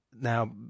Now